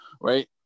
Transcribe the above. right